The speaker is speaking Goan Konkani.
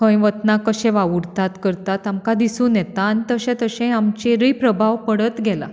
खंय वतना कशे वावुरतात करतात आमकां दिसून येता आनी तशें तशें आमचेरूय प्रभाव पडत घेला